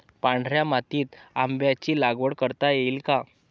पांढऱ्या मातीत आंब्याची लागवड करता येईल का?